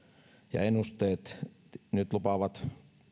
ja ennusteet nyt lupaavat